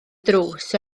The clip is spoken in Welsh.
drws